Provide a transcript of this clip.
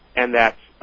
and that